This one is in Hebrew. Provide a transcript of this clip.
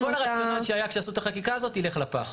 זה להוריד לנו את --- וכל הרציונל שהיה כשעשו את החקיקה הזאת ילך לפח.